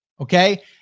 okay